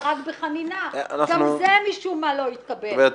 רק בחנינה גם היא משום מה לא התקבלה.